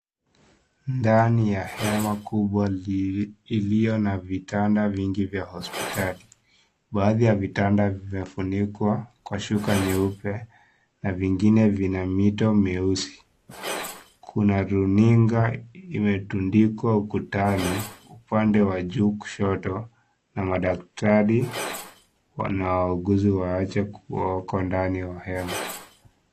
Ndani ya hema kubwa iliyo na vitanda vingi vya hospitali, baadhi ya vitanda vimefunikwa kwa shuka nyeupe, na vingine vina mito mieusi, kuna runinga imetundikwa ukutani upande wa juu kushoto, na madaktari na wauguzi wachache wako ndani wa hema.